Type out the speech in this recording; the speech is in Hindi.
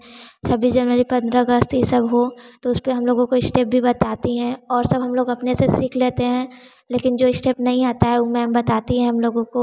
छब्बीस जनवरी पन्द्रह अगस्त यह सब हो तो इस पर हम लोगों को इश्टेप भी बताती हैं और सब हम लोग अपने से सीख लेते हैं लेकिन जो इश्टेप नहीं आता है वह मैम बताती हैं हम लोगों को